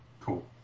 Cool